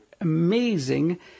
amazing